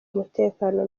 umutekano